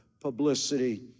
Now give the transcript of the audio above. publicity